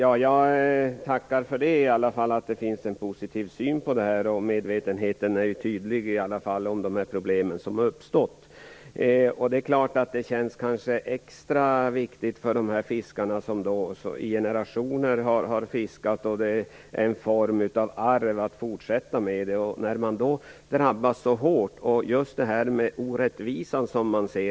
Herr talman! Jag tackar för att det finns en positiv syn på detta. Medvetenheten om de problem som har uppstått är ju tydlig. Det är klart att det kanske känns extra viktigt för dessa fiskare som har fiskat i generationer. Det är en form av arv att fortsätta med det. De drabbas ju så hårt och känner denna orättvisa.